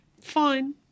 fine